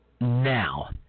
now